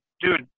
dude